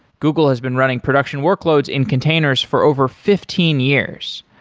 google has been running production workloads in containers for over fifteen years.